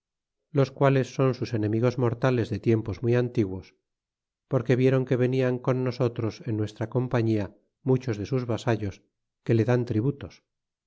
los quales son sus enemigos mortales de tiempos muy antiguos porque vieron que venian con nosotros en nuestra compañia muchos de sus vasallos que le dan tributos